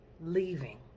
leaving